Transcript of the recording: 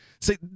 See